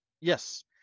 Yes